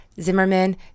Zimmerman